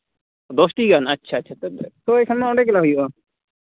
ᱫᱚᱥᱴᱤ ᱜᱟᱱ ᱟᱪᱪᱷᱟ ᱟᱪᱪᱷᱟ ᱛᱚ ᱮᱱᱠᱷᱟᱱ ᱫᱚ ᱚᱸᱰᱮ ᱜᱮᱞᱮ ᱦᱩᱭᱩᱜᱼᱟ